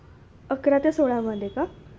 अकरा ते सोळामध्ये का